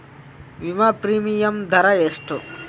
ವಿಮಾ ಪ್ರೀಮಿಯಮ್ ದರಾ ಎಷ್ಟು?